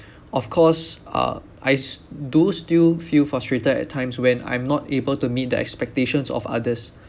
of course uh I do still feel frustrated at times when I'm not able to meet the expectations of others